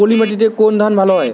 পলিমাটিতে কোন ধান ভালো হয়?